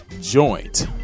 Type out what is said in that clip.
joint